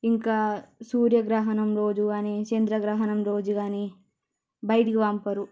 ఇంకా సూర్యగ్రహణం రోజు గానీ చంద్రగ్రహణం రోజు గానీ బయటికి పంపరు